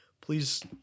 please